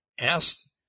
ask